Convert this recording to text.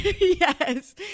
Yes